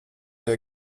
der